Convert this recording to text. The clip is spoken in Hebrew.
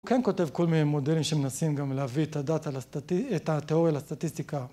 הוא כן כותב כל מיני מודלים שמנסים גם להביא את התיאוריה לסטטיסטיקה.